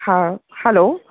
હાં હલો